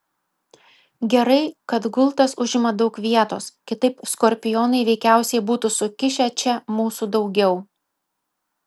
gerai kad gultas užima daug vietos kitaip skorpionai veikiausiai būtų sukišę čia mūsų daugiau